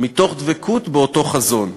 מתוך דבקות באותו חזון.